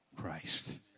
Christ